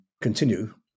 continue